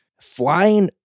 flying